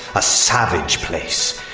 a savage place!